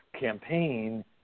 campaign